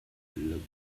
looking